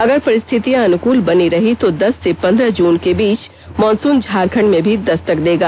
अगर परिस्थियां अनुकूल बनी रही तो दस से पन्द्रह जून के बीच मॉनसून झारखण्ड में भी दस्तक देगा